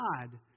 God